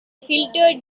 filtered